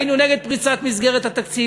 היינו נגד פריצת מסגרת התקציב,